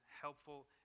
helpful